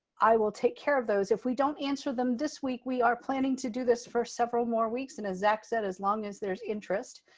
i will take care of those. if we don't answer them this week, we are planning to do this for several more weeks and as zack said, as long as there's interest.